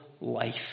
life